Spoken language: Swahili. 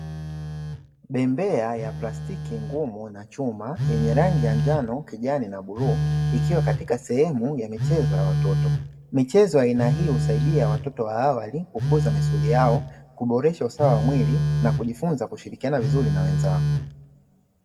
Bembea ya plastiki ngumu na chuma yenye rangi ya njano, kijani na bluu ikiwa katika sehemu ya michezo ya watoto. Michezo ya aina hiyo husaidia watoto awali kukuza misuli yao, kuboresha ustawi wa mwili na kujifunza kushirikiana vizuri na wenzao.